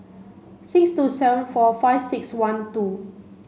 six two seven four five six one two